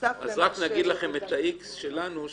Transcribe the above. אז רק נגיד לכם את ה-X שלנו,